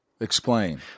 Explain